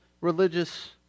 religious